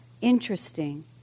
interesting